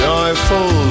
Joyful